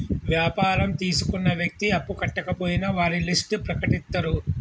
వ్యాపారం తీసుకున్న వ్యక్తి అప్పు కట్టకపోయినా వారి లిస్ట్ ప్రకటిత్తరు